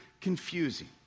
confusing